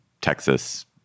Texas